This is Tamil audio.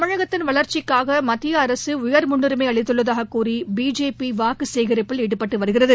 தமிழகத்தின் வளர்ச்சிக்காக மத்திய அரசு உயர் முன்னுரிமை அளித்துள்ளதாக கூறி பிஜேபி வாக்குச் சேகரிப்பில் ஈடுபட்டு வருகிறது